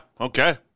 okay